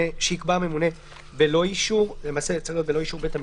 אלא באישור בית המשפט,